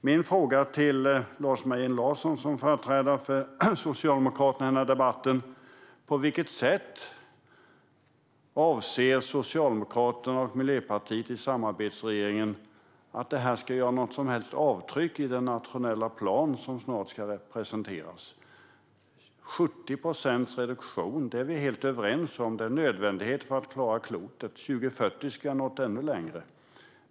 Min fråga till Lars Mejern Larsson som företrädare för Socialdemokraterna i den här debatten är: På vilket sätt avser Socialdemokraterna och Miljöpartiet i samarbetsregeringen att detta beslut ska göra något som helst avtryck i den nationella plan som snart ska presenteras? 70 procents reduktion är vi helt överens om är en nödvändighet för att klara klotet. År 2040 ska vi ha nått ännu längre.